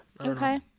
Okay